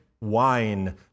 wine